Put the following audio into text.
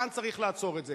כאן צריך לעצור את זה,